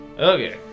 Okay